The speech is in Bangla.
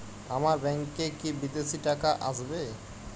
আমার ব্যংকে কি বিদেশি টাকা আসবে?